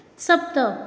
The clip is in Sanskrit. सप्त